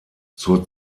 zur